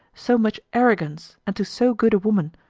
so much arrogance, and to so good a woman,